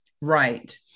Right